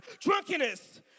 drunkenness